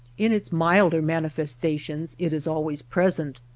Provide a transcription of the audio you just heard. in its milder manifestations it is always present,